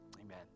Amen